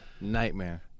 nightmare